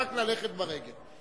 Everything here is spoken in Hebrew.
רק ללכת ברגל.